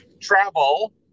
travel